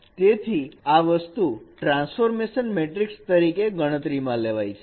તેથી આ વસ્તુ ટ્રાન્સફોર્મેશન મેટ્રિક્સ તરીકે ગણતરી માં લેવાય છે